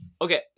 okay